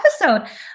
episode